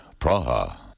Praha